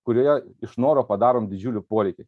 kurioje iš noro padarom didžiulių poreikių